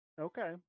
Okay